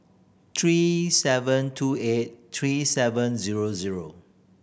three seven two eight three seven zero zero